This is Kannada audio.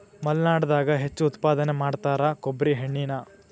ಮಲ್ನಾಡದಾಗ ಹೆಚ್ಚು ಉತ್ಪಾದನೆ ಮಾಡತಾರ ಕೊಬ್ಬ್ರಿ ಎಣ್ಣಿನಾ